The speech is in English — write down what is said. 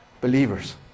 believers